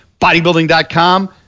Bodybuilding.com